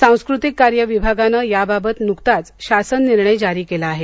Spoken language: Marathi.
सांस्कृतिक कार्य विभागानं याबाबत न्कताच शासन निर्णय जारी केला आहे